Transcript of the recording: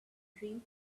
dream